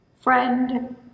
Friend